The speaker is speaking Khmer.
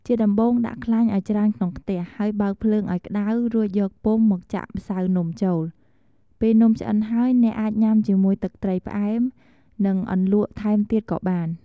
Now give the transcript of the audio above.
ជាដំបូង ដាក់ខ្លាញ់ឱ្យច្រើនក្នុងខ្ទះ ហើយបើកភ្លើងឱ្យក្តៅ រួចយកពុម្ពមកចាក់ម្សៅនំចូល ពេលនំឆ្អិនហើយអ្នកអាចញុំាជាមួយទឹកត្រីផ្អែម និង អន្លក់ថែមទៀតក៏បាន។